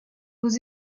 aux